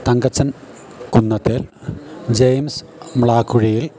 Thankachan Kunnathel James Mlakkuzhiyil